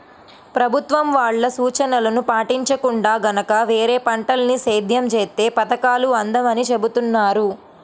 ప్రభుత్వం వాళ్ళ సూచనలను పాటించకుండా గనక వేరే పంటల్ని సేద్యం చేత్తే పథకాలు అందవని చెబుతున్నారు